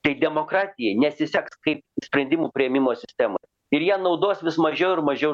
tai demokratijai nesiseks kaip sprendimų priėmimo sistemai ir jie naudos vis mažiau ir mažiau